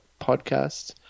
podcast